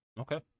okay